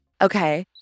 Okay